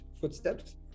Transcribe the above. footsteps